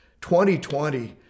2020